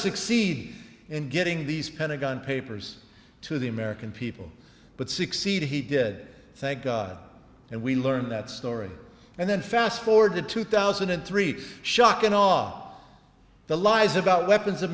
succeed in getting these pentagon papers to the american people but succeed he did thank god and we learned that story and then fast forward to two thousand and three shock and awe the lies about weapons of